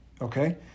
Okay